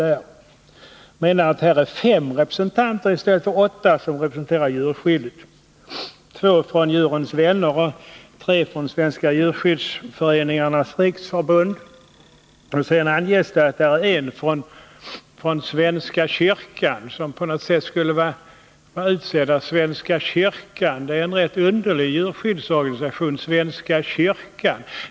Hon menar att det är fem personer och inte åtta som representerar djurskyddet, två från Djurens vänner och tre från Sveriges djurskyddsföreningars riksförbund. Sedan anges det att en representant på något sätt skulle vara utsedd av svenska kyrkan. Svenska kyrkan är en rätt underlig djurskyddsorganisation.